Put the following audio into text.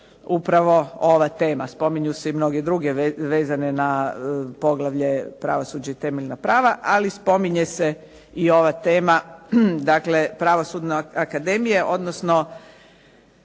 upravo ova tema. Spominju se i mnoge druge vezane na poglavlje pravosuđa i temeljna prava, ali spominje se i ova tema, dakle Pravosudne akademije, odnosno